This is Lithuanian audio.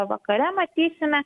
vakare matysime